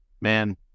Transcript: man